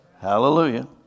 Hallelujah